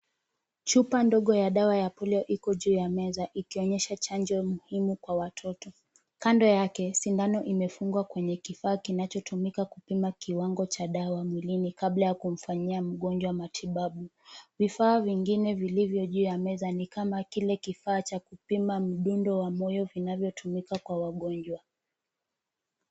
Chupa ndogo ya dawa ya polio iko juu ya meza ikionyesha chanjo muhimu kwa watoto. Kando yake sindano imefungwa kwenye kifaa kinachotumika kupima kiwango cha dawa mwilini kabla ya kumfanyia mgonjwa matibabu. Vifaa vingine vilivyo juu ya meza ni kama kile kifaa cha kupima mdundo wa moyo vinavyotumika kwa wagonjwa.